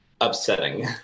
upsetting